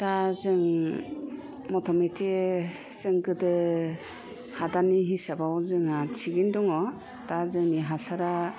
दा जों मथा मथि जों गोदो हादाननि हिसाबाव जोंहा थिगैनो दङ दा जोंनि हासारा